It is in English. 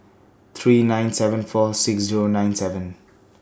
three nine seven four six Zero nine seven